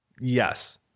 Yes